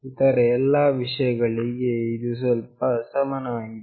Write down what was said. ಇತರ ಎಲ್ಲಾ ವಿಷಯಗಳಿಗೆ ಇದು ಸ್ವಲ್ಪ ಸಮಾನವಾಗಿದೆ